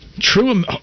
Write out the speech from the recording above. True